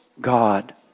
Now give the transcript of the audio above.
God